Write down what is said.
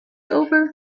over